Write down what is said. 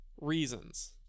reasons